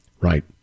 Right